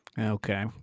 Okay